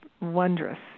wondrous